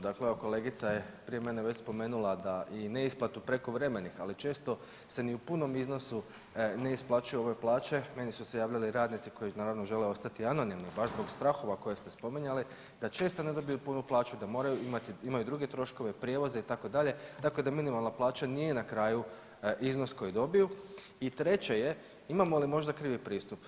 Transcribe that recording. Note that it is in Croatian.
Dakle, kolegica je prije mene već spomenula da i neisplatu prekovremenih ali se često ni u punom iznosu ne isplaćuju u ove plaće, meni su se javili radnici koji naravno žele ostati anonimni baš zbog strahova koje ste spominjali, da često ne dobiju punu plaću, da moraju imati, imaju druge troškove, prijevoze itd., tako da minimalna plaća nije na kraju iznos koji dobiju i treće je, imamo li možda krivi pristup.